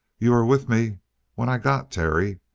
you were with me when i got terry.